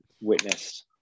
witnessed